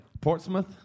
Portsmouth